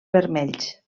vermells